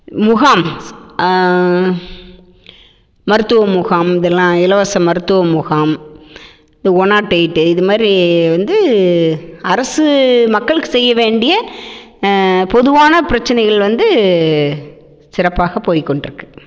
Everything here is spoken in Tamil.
முகாம் மருத்துவ முகாம் இதெல்லாம் இலவச மருத்துவ முகாம் இது ஒன் நாட் எயிட் இது மாதிரி வந்து அரசு மக்களுக்கு செய்ய வேண்டிய பொதுவான பிரச்சனைகள் வந்து சிறப்பாக போய்க்கொண்டு இருக்குது